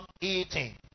eating